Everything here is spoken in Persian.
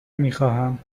میخواهم